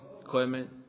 equipment